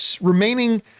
remaining